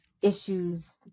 issues